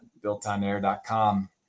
builtonair.com